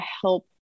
help